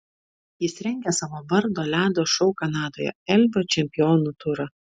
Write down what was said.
jis rengia savo vardo ledo šou kanadoje elvio čempionų turą